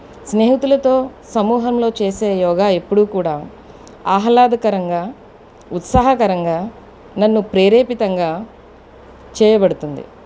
స్నేహితులతో సమూహంలో చేసే యోగా ఎప్పుడూ కూడా ఆహ్లాదకరంగా ఉత్సాహకరంగా నన్ను ప్రేరేపితంగా చేయబడుతుంది